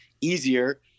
easier